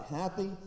happy